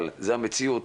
אבל זו המציאות,